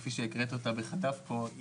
כפי שהקראת אותה בחטף פה,